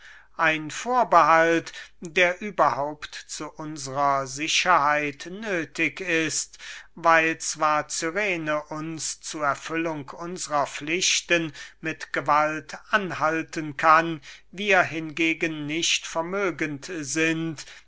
ein vorbehalt der überhaupt zu unsrer sicherheit nöthig ist weil zwar cyrene uns zu erfüllung unsrer pflichten mit gewalt anhalten kann wir hingegen nicht vermögend sind